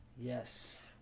Yes